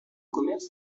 commerce